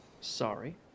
sorry